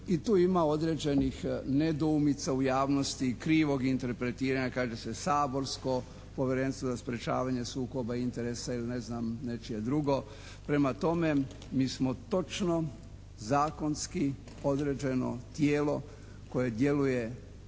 i tu ima određenih nedoumica u javnosti, krivog interpretiranja, kaže se saborsko Povjerenstvo za sprječavanje sukoba interesa ili ne znam nečije drugo. Prema tome, mi smo točno zakonski određeno tijelo koje djeluje